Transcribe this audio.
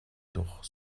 doch